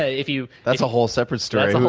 ah if you that's a whole separate story.